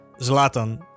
Zlatan